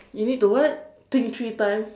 you need to what think three times